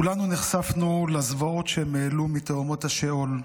כולנו נחשפנו לזוועות שהם העלו מתהומות השאול,